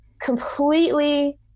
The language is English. completely